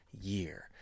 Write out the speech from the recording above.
year